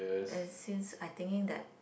and since I thinking that